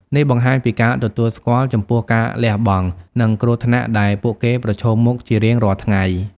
នេះបង្ហាញពីការទទួលស្គាល់ចំពោះការលះបង់ និងគ្រោះថ្នាក់ដែលពួកគេប្រឈមមុខជារៀងរាល់ថ្ងៃ។